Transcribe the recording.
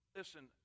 listen